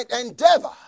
endeavor